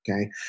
okay